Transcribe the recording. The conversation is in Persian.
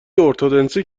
ارتدنسی